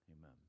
amen